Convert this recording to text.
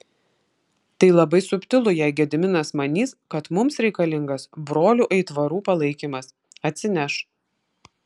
tai labai subtilu jei gediminas manys kad mums reikalingas brolių aitvarų palaikymas atsineš